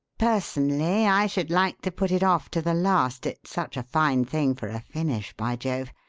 personally i should like to put it off to the last, it's such a fine thing for a finish, by jove!